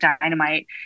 dynamite